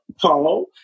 Paul